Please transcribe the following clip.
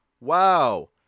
Wow